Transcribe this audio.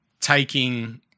taking